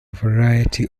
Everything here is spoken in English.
variety